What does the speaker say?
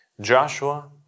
Joshua